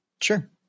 Sure